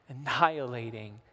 annihilating